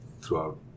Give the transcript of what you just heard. throughout